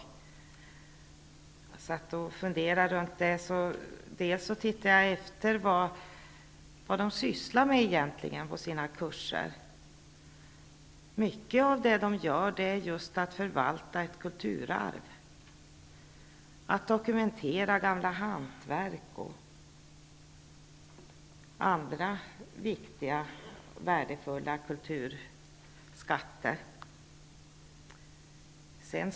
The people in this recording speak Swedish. När jag satt och funderade runt detta, tittade jag efter vad de egentligen sysslar med på sina kurser. Mycket av vad de gör gäller att förvalta ett kulturarv. De dokumenterar gamla hantverk och andra viktiga och värdefulla kulturskatter.